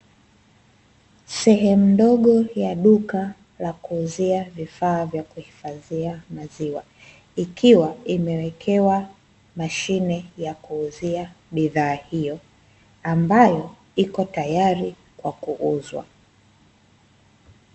Sehemu ndogo ya duka, la kuuzia vifa vya kuhifadhia maziwa, ikiwa imewekewa mashine ya kuuzia bidhaa hiyo, ambayo iko tayari kwa kuuzwa.